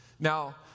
Now